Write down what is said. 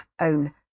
own